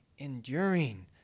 enduring